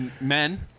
men